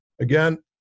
Again